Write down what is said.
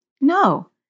No